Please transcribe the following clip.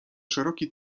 szeroki